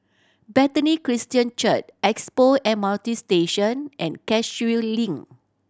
Bethany Christian Church Expo M R T Station and Cashew Link